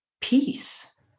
peace